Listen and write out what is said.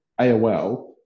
AOL